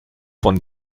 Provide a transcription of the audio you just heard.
von